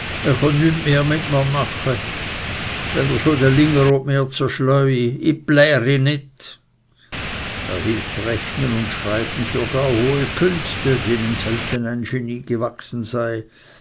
er hielt rechnen und schreiben für gar hohe künste denen nur ein genie gewachsen sei